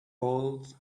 old